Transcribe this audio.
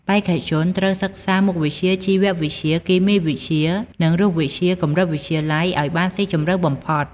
បេក្ខជនត្រូវសិក្សាមុខវិជ្ជាជីវវិទ្យា គីមីវិទ្យា និងរូបវិទ្យា កម្រិតវិទ្យាល័យឲ្យបានស៊ីជម្រៅបំផុត។